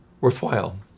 worthwhile